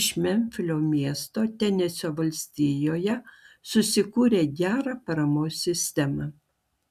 iš memfio miesto tenesio valstijoje susikūrė gerą paramos sistemą